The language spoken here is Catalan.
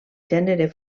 gènere